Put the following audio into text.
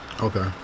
Okay